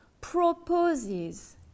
proposes